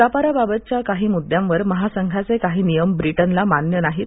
व्यापाराबाबतच्या काही मुद्द्यांवर महासंघाचक्राही नियम ब्रिटनला मान्य नाहीत